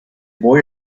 boy